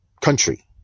country